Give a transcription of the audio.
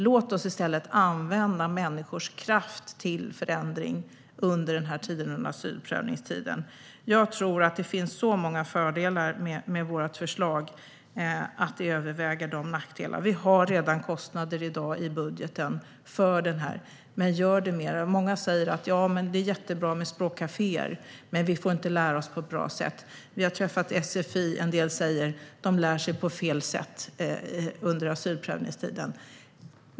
Låt oss i stället använda människors kraft till förändring under asylprövningstiden! Det finns så många fördelar med vårt förslag att de överväger nackdelarna. Det finns redan pengar i budgeten avsatta i dag. Många säger att det är jättebra med språkkaféer, men man får inte lära sig på ett bra sätt. En del från sfi säger att man lär sig på fel sätt under asylprövningstiden.